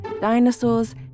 dinosaurs